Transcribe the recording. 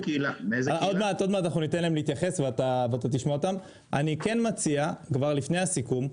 אני כן מציע כבר לפני הסיכום,